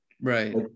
Right